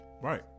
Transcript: Right